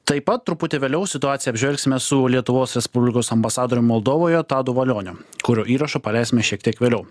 taip pat truputį vėliau situaciją apžvelgsime su lietuvos respublikos ambasadorium moldovoje tadu valioniu kurio įrašą paleisime šiek tiek vėliau